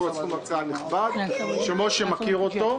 אבל הוא אמור להיות סכום נכבד שמשה מכיר אותו.